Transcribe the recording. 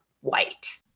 white